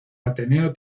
ateneo